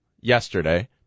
yesterday